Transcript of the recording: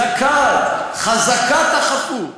זכאי, חזקת החפות,